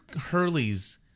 Hurley's